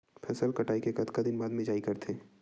फसल कटाई के कतका दिन बाद मिजाई करथे?